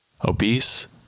obese